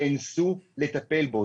נאנסו לטפל בו.